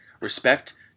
respect